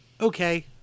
Okay